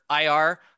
IR